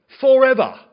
forever